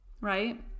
right